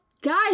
guys